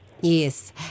Yes